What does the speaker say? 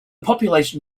population